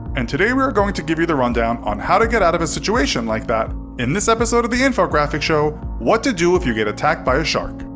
and today we are going to give you the rundown on how to get out of a situation like that, in this episode of the infographics show, what to do if you get attacked by a shark.